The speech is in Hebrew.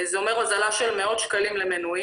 זה אומר שתהיה הוזלה של מאות שקלים למנויים,